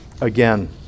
again